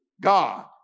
God